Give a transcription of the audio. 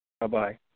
Bye-bye